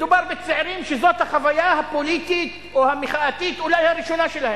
מדובר בצעירים שזאת אולי החוויה הפוליטית או המחאתית הראשונה שלהם.